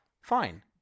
fine